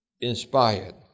inspired